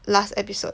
last episode